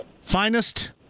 finest